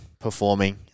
performing